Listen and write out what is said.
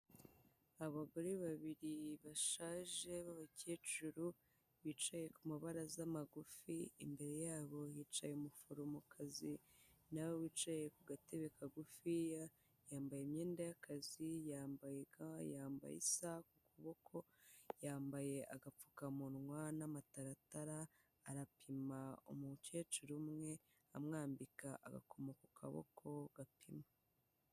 Abagore babiri bashaje b'abakecuru bicaye ku mubaraza magufi, imbere yabo hicaye umuforomokazi nawe wicaye ku gatebe kagufiya, yambaye imyenda y'akazi, yambaye ga, yambaye isaha ku kuboko, yambaye agapfukamunwa n'amataratara, arapima umukecuru umwe amwambika agakoma ku kaboko gapima.